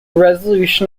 resolution